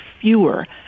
fewer